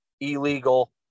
illegal